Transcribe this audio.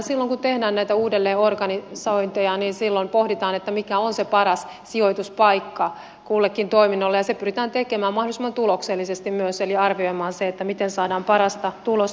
eli aina silloin kun tehdään näitä uudelleenorganisointeja niin silloin pohditaan mikä on paras sijoituspaikka kullekin toiminnolle ja se pyritään tekemään myös mahdollisimman tuloksellisesti eli arvioimaan se miten saadaan parasta tulosta aikaan